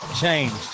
changed